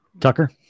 Tucker